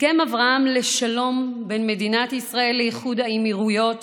הסכם אברהם לשלום בין מדינת ישראל לאיחוד האמירויות